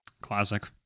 Classic